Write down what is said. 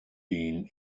been